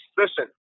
listen